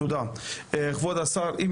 ברוך הבא, כבוד השר אופיר אקוניס.